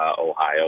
Ohio